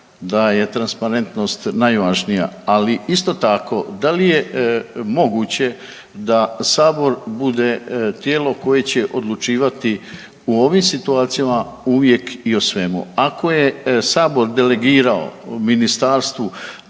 da je transparentnost najvažnija, ali isto tako da li je moguće da sabor bude tijelo koje će odlučivati u ovim situacijama uvijek i o svemu. Ako je sabor delegirao ministarstvu,